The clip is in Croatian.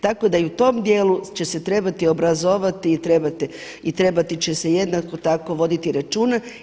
Tako da i u tom dijelu će se trebati obrazovati i trebati će se jednako tako voditi računa.